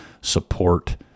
support